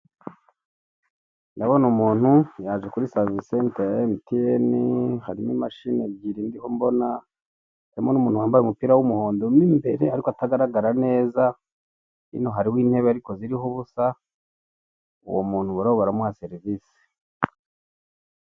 Ndabona umuntu yaje kuri savisi senta ya emutiyene harimo imashini ebyiri ndiho mbona, harimo n'umuntu wambaye umupira w'umuhondo mu imbere ariko atagaragara neza, hino hariho intebe ariko ziriho ubusa. Uwo muntu barimo baramuha serivise.